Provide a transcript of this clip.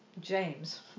James